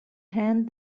hand